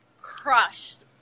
crushed